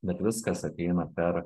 bet viskas ateina per